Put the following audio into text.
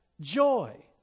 Joy